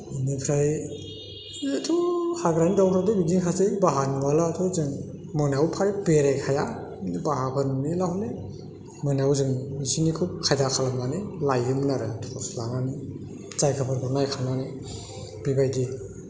बिनिफ्राय ओरैनोथ' हाग्रानि दाउफ्राथ' बिदिनोखासै बाहा नुआब्लाथ' जों मोनायाव फ्राय बेरायखाया बाहाफोर नुयोब्लाथाय हले मोनायाव जों बिसिनिखौ खायदा खालामनानै लायोमोन आरो टर्स लानानै जायगाफोरखौ नायखानानै बेबायदि